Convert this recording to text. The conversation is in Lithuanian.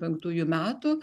penktųjų metų